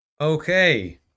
okay